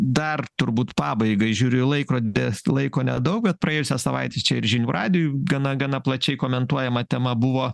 dar turbūt pabaigai žiūriu į laikrodį laiko nedaug bet praėjusią savaitę čia ir žinių radijui gana gana plačiai komentuojama tema buvo